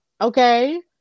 Okay